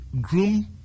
groom